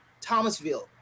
Thomasville